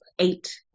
eight